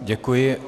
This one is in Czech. Děkuji.